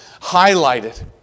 highlighted